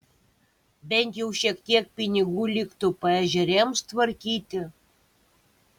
bent jau šiek tiek pinigų liktų paežerėms tvarkyti